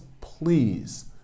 please